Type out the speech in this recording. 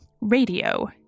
radio